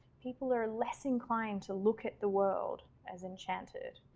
people are less inclined to look at the world as enchanted,